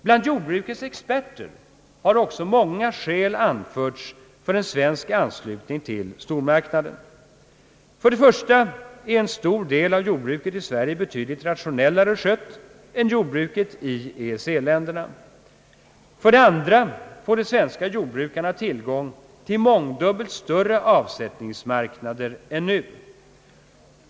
Bland jordbrukets experter har också många skäl anförts för en svensk anslutning till stormarknaden. För det första är en stor del av jordbruket i Sverige betydligt rationellare skött än jordbruket i EEC-länderna. För det andra får de svenska jordbrukarna tillgång till mångdubbelt större avsättningsmarknader än nu.